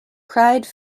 pride